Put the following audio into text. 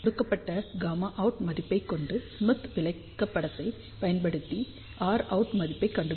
கொடுக்கப்பட்ட Γout மதிப்பை கொண்டு ஸ்மித் விளக்கப்படத்தைப் பயன்படுத்தி Rout மதிப்பைக் கண்டுபிடித்தோம்